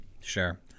Sure